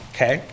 Okay